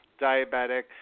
diabetic